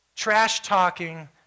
trash-talking